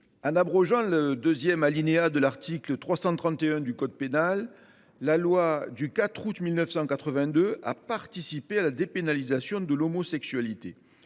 en abrogeant le deuxième alinéa de l’article 331 du code pénal, la loi du 4 août 1982 a participé à la dépénalisation de l’homosexualité.